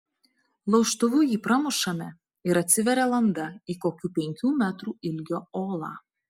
laužtuvu jį pramušame ir atsiveria landa į kokių penkių metrų ilgio olą